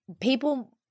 people